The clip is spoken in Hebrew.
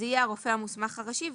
זה יהיה הרופא המוסמך הראשי.